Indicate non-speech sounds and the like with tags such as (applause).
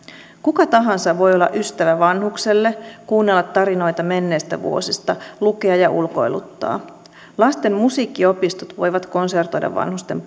kuka tahansa voi olla ystävä vanhukselle kuunnella tarinoita menneistä vuosista lukea ja ulkoiluttaa lasten musiikkiopistot voivat konsertoida vanhusten (unintelligible)